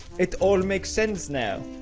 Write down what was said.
it all makes sense now.